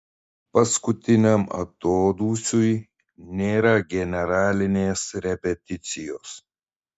paskutiniam atodūsiui nėra generalinės repeticijos